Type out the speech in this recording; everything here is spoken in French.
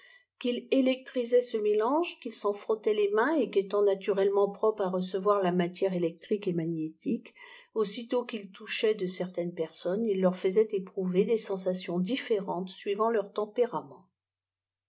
qu'il électrisait ce mélange qu'il s'en frottait les mains et qu'étant naturellement propre à recevoir la matière électrique et magnétique aussitôt qu'il touchait de certaines personnes il leur faisai't éprouver des sensations différentes suivant leur tempérament